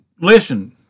listen